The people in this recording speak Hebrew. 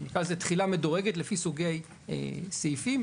תחילה מדורגת לפי סוגי סעיפים.